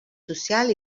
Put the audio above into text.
social